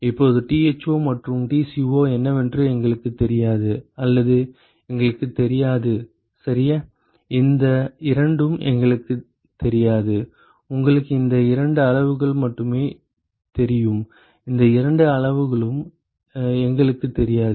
இப்போது Tho மற்றும் Tco என்னவென்று எங்களுக்குத் தெரியாது அல்லது எங்களுக்குத் தெரியாது சரியா இந்த இரண்டும் எங்களுக்குத் தெரியாது உங்களுக்கு இந்த இரண்டு அளவுகள் மட்டுமே தெரியும் இந்த இரண்டு அளவுகளும் எங்களுக்குத் தெரியாது